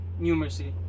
numeracy